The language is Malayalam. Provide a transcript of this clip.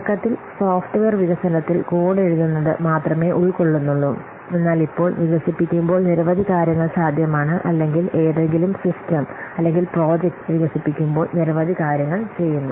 തുടക്കത്തിൽ സോഫ്റ്റ്വെയർ വികസനത്തിൽ കോഡ് എഴുതുന്നത് മാത്രമേ ഉൾക്കൊള്ളുന്നുള്ളൂ എന്നാൽ ഇപ്പോൾ വികസിപ്പിക്കുമ്പോൾ നിരവധി കാര്യങ്ങൾ സാധ്യമാണ് അല്ലെങ്കിൽ ഏതെങ്കിലും സിസ്റ്റം അല്ലെങ്കിൽ പ്രോജക്റ്റ് വികസിപ്പിക്കുമ്പോൾ നിരവധി കാര്യങ്ങൾ ചെയ്യുന്നു